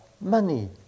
money